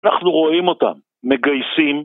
אנחנו רואים אותם, מגייסים.